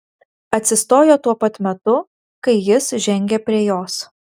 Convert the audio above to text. atsistojo tuo pat metu kai jis žengė prie jos